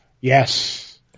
Yes